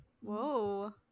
Whoa